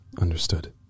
Understood